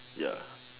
ya